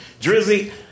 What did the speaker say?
Drizzy